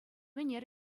ӗнер